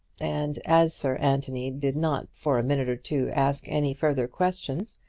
and as sir anthony did not for a minute or two ask any further questions,